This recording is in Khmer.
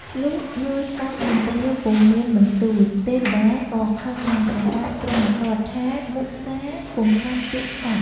លុះយល់ស្តេចនិទ្រាពុំមានបន្ទូល ទេវតាក៏ខឹងនឹងព្រះបាទព្រហ្មទត្តថាមុសាពុំកាន់ពាក្យសត្យ។